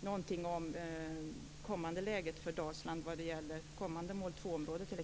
någonting om, t.ex. läget för Dalsland när det gäller kommande mål 2-område.